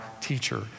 teacher